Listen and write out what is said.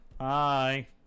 Hi